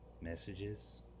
messages